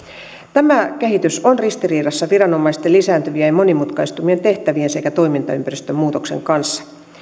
tämä kehitys on ristiriidassa viranomaisten lisääntyvien ja monimutkaistuvien tehtävien sekä toimintaympäristön muutoksen kanssa